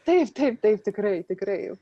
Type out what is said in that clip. taip taip taip tikrai tikrai